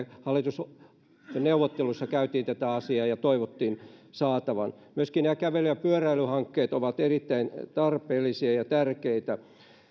hallitusneuvotteluissa käytiin läpi tätä asiaa ja toivottiin se saatavan myöskin nämä kävely ja pyöräilyhankkeet ovat erittäin tarpeellisia ja tärkeitä